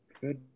Good